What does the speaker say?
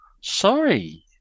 Sorry